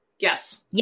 Yes